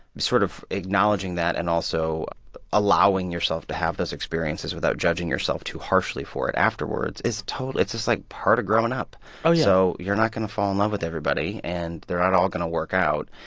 sort of acknowledging that and also allowing yourself to have those experiences without judging yourself too harshly for it afterwards is totally it's just, like, part of growing up oh, yeah so you're not going to fall in love with everybody, and they're not all going to work out.